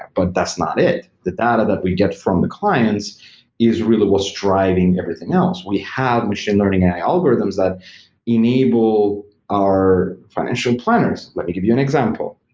but that's not it. the data that we get from the clients is really what's driving everything else. we have machine learning ai algorithms that enable our financial planners. let me give you an example,